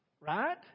right